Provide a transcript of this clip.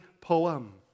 poem